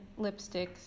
lipsticks